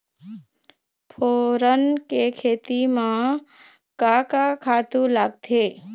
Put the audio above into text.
फोरन के खेती म का का खातू लागथे?